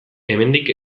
hemendik